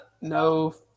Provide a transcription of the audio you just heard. no